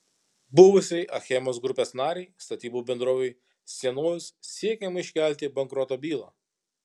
buvusiai achemos grupės narei statybų bendrovei sienojus siekiama iškelti bankroto bylą